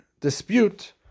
dispute